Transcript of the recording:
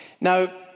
Now